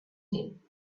him